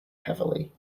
heavily